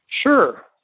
Sure